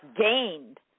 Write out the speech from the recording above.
gained